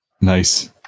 Nice